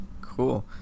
Cool